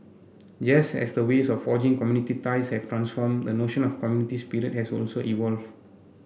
just as the ways of forging community ties have transformed the notion of community spirit has also evolve